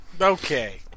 okay